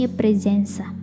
presence